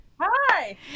Hi